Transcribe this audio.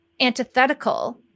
antithetical